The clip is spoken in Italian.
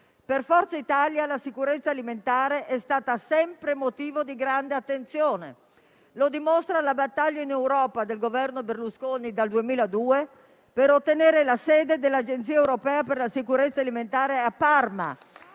Per Forza Italia la sicurezza alimentare è stata sempre motivo di grande attenzione: lo dimostra la battaglia in Europa del Governo Berlusconi dal 2002 per ottenere la sede dell'Agenzia europea per la sicurezza alimentare a Parma